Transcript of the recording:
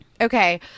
Okay